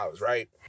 right